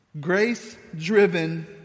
grace-driven